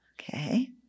Okay